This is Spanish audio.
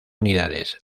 unidades